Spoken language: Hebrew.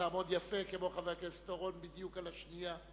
תעמוד יפה כמו חבר הכנסת אורון, בדיוק על השנייה.